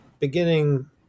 beginning